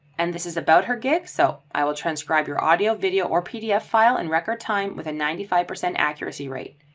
and this is about her gig. so i will transcribe your audio video or pdf file in and record time with a ninety five percent accuracy rate.